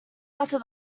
after